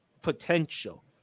potential